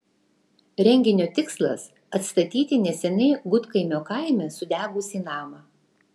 renginio tikslas atstatyti neseniai gudkaimio kaime sudegusį namą